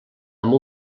amb